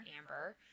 Amber